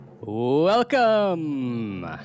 Welcome